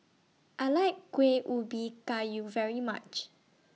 I like Kuih Ubi Kayu very much